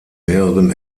mehreren